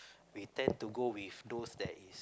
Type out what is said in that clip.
we tend to go with those that is